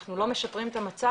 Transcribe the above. אנחנו לא משפרים את המצב,